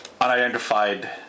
unidentified